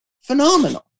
phenomenal